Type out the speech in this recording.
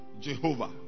Jehovah